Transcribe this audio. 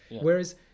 whereas